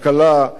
בבריאות,